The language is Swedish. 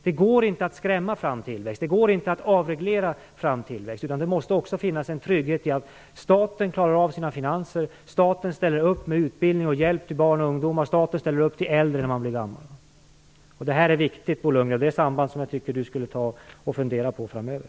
Det går inte att skrämma eller avreglera fram tillväxt. Det måste också finnas en trygghet när det gäller att staten klarar av sina finanser och ställer upp med utbildning och hjälp till barn, ungdomar och äldre. Det är viktigt. Dessa samband tycker jag att Bo Lundgren skulle ta och fundera på framöver.